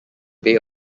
bay